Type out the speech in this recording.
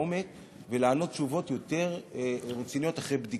לעומק ולענות תשובות יותר רציניות אחרי בדיקה.